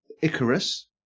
Icarus